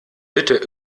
bitte